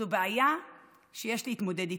זאת בעיה שיש להתמודד איתה.